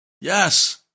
Yes